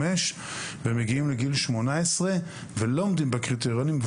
18 ולא עמדו בקריטריונים.